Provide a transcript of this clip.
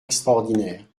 extraordinaire